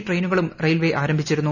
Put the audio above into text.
ട്രെയിനുകളും റെയിൽവേ ആരംഭിച്ചിരുന്നു